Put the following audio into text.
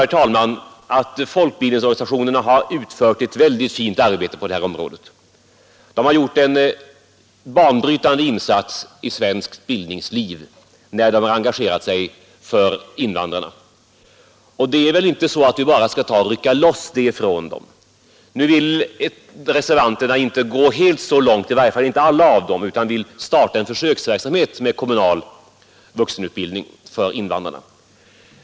Folkbildningsorganisationerna har uppenbarligen utfört ett mycket fint arbete på det här området. De har gjort en banbrytande insats i svenskt bildningsliv, när de engagerat sig för invandrarna. Vi skall väl inte rycka loss detta från dem. Nu vill inte reservanterna — i varje fall inte alla — gå så långt utan vill starta en försöksverksamhet med kommunal vuxenutbildning för invandrarna.